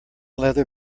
leather